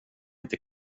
inte